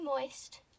moist